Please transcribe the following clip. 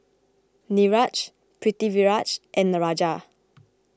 Niraj Pritiviraj and Raja